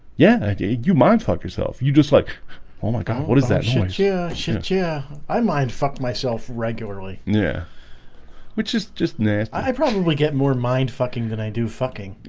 yeah, i did you might fuck yourself. you just like oh my god. what is that shit? yeah, yeah, i mind. fuck myself regularly yeah which is just nance i probably get more mind fucking than i do fucking